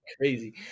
Crazy